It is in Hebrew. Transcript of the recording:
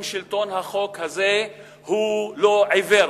אם שלטון החוק הזה הוא לא עיוור,